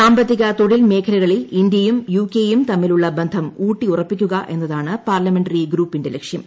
സാമ്പത്തിക തൊഴിൽ മേഖലകളിൽ ഇന്ത്യയും യുകെയും തമ്മിലുള്ള ബന്ധം ഊട്ടിയുറപ്പിക്കുക എന്നതാണ് പാർലമെന്ററി ഗ്രൂപ്പിന്റെ ലക്ഷ്യം